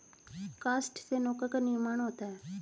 काष्ठ से नौका का निर्माण होता है